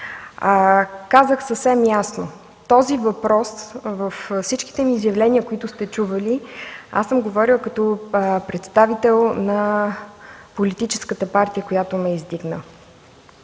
Казах съвсем ясно – този въпрос във всичките ми изявления, които сте чували, аз съм говорила като представител на политическата партия, която ме е издигнала.